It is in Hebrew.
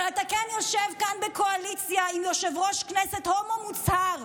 אבל אתה כן יושב כאן בקואליציה עם יושב-ראש כנסת הומו מוצהר.